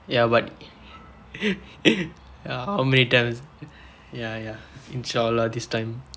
ya but ya how many times ya ya ensure lah this time